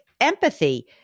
empathy